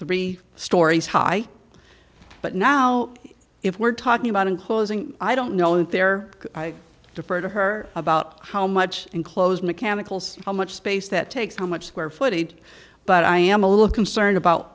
three stories high but now if we're talking about imposing i don't know that there i defer to her about how much enclosed mechanicals how much space that takes how much square footage but i am a little of concern about